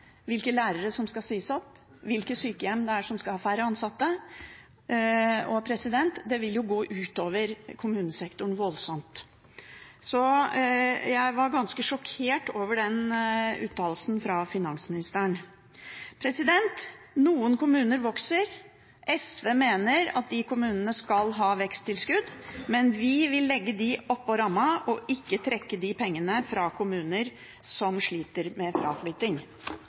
hvilke stillinger det er, hvilke lærere som skal sies opp, hvilke sykehjem som skal ha færre ansatte – og det vil gå voldsomt ut over kommunesektoren. Så jeg var ganske sjokkert over den uttalelsen fra finansministeren. Noen kommuner vokser. SV mener at de kommunene skal ha veksttilskudd, men vi vil legge dem oppå rammen og ikke trekke de pengene fra kommuner som sliter med